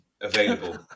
available